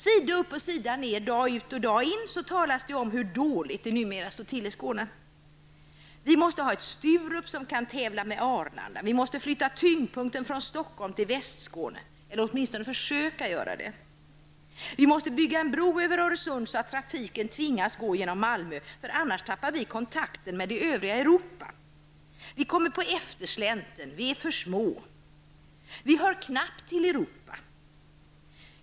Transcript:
Sida upp och sida ner, dag ut och dag in talas det om hur dåligt det numera står till i Skåne. Vi måste ha ett Sturup som kan tävla med Arlanda. Tyngdpunkten måste flyttas från Stockholm till Västra Skåne, åtminstone måste vi göra ett försök. Vi måste bygga en bro över Öresund så att trafiken tvingas att gå igenom Malmö, annars tappar vi kontakten med de övriga Europa. Vi kommer på efterkälken. Vi är för små. Vi hör knappt till Europa.